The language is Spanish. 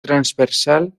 transversal